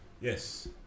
Yes